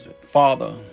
Father